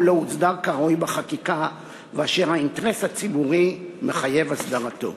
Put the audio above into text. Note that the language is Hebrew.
לא הוסדר כראוי בחקיקה ואשר האינטרס הציבורי מחייב הסדרתו.